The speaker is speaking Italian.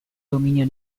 dominio